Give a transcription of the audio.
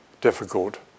difficult